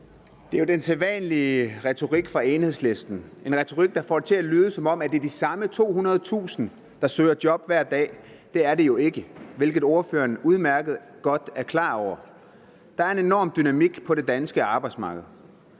Det er jo den sædvanlige retorik fra Enhedslistens side. Det er en retorik, der får det til at lyde, som om det er de samme 200.000, der søger job hver dag. Men det er det jo ikke, hvilket ordføreren udmærket godt er klar over. Der er en enorm dynamik på det danske arbejdsmarked.